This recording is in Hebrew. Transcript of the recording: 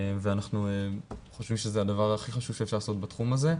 ואנחנו חושבים שזה הדבר הכי חשוב שאפשר לעשות בתחום הזה.